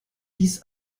dies